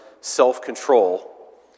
self-control